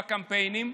ובקמפיינים,